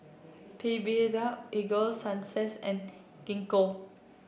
Blephagel Ego Sunsense and Gingko